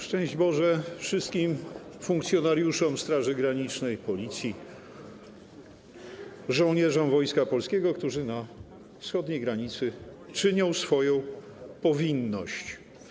Szczęść Boże wszystkim funkcjonariuszom Straży Granicznej, Policji, żołnierzom Wojska Polskiego, którzy na wschodniej granicy czynią swoją powinność.